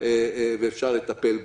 ואפשר לטפל בה.